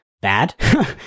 bad